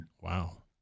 Wow